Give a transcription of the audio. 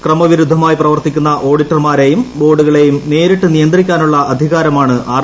ക്രമവിരുദ്ധമായി പ്രവ്ർത്തിക്കുന്ന ഓഡിറ്റർമാരെയും ബോർഡുകളെയും നേരിട്ട് നിയ്ക്ത്രിക്കാനുള്ള അധികാരമാണ് ആർ